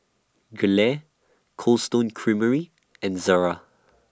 Gelare Cold Stone Creamery and Zara